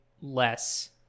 less